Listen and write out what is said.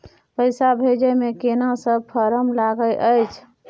पैसा भेजै मे केना सब फारम लागय अएछ?